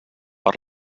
per